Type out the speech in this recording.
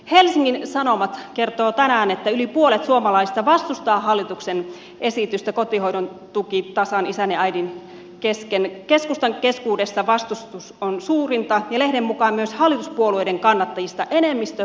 helsingin sanomat kertoo tänään että yli puolet suomalaisista vastustaa hallituksen esitystä kotihoidon tuki tasan isän ja äidin kesken keskustan keskuudessa vastustus on suurinta ja lehden mukaan myös hallituspuolueiden kannattajista enemmistö vastustaa leikkauksia